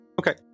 Okay